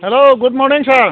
hello good morning sir